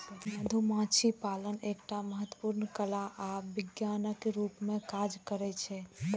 मधुमाछी पालन एकटा महत्वपूर्ण कला आ विज्ञानक रूप मे काज करै छै